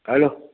hello